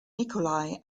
nikolay